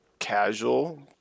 casual